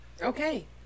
okay